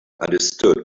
understood